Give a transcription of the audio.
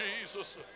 Jesus